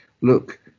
look